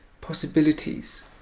possibilities